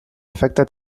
efecte